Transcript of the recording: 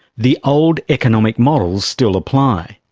the old economic models still apply.